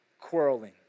quarreling